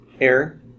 Error